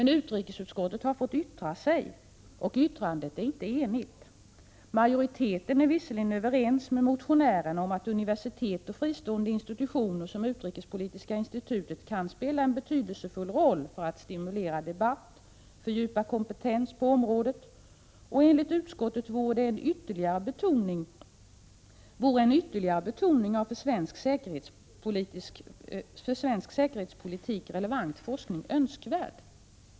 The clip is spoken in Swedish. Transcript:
Utrikesutskottet har fått yttra sig, men utskottet är inte enigt. Majoriteten är visserligen överens med motionärerna om att universitet och fristående institutioner som Utrikespolitiska institutet kan spela en betydelsefull roll för att stimulera debatt och fördjupa kompetens på området. Enligt utskottet vore en ytterligare betoning av för svensk säkerhetspolitik relevant forskning önskvärd.